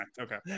Okay